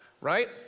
Right